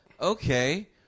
okay